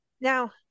now